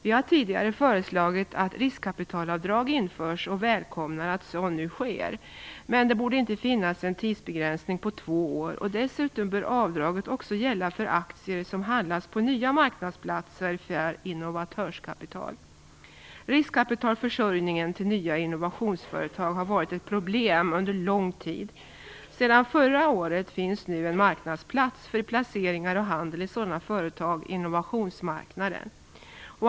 Vi har tidigare föreslagit att riskkapitalavdrag införs och välkomnar att så nu sker, men det borde inte finnas en tidsbegränsning på två år. Dessutom bör avdraget också gälla för aktier som handlas på nya marknadsplatser för innovatörskapital. Riskkapitalförsörjningen till nya innovationsföretag har varit ett problem under en lång tid. Sedan förra året finns nu en marknadsplats för placeringar och handel i sådana företag, Innovationsmarknaden.